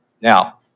Now